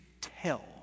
tell